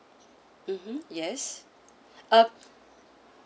mmhmm yes uh